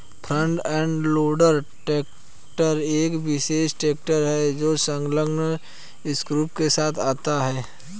front end loader tractor एक विशेष tractor है जो संलग्न स्कूप के साथ आता है